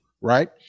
Right